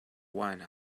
one